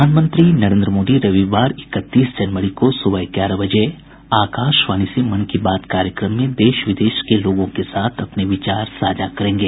प्रधानमंत्री नरेन्द्र मोदी रविवार इकतीस जनवरी को सुबह ग्यारह बजे आकाशवाणी से मन की बात कार्यक्रम में देश विदेश में लोगों के साथ अपने विचार साझा करेंगे